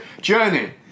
Journey